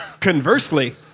Conversely